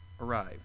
arrive